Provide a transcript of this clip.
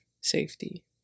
safety